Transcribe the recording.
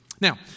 Now